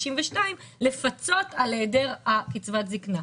62 לפצות על היעדר קצבת הזקנה.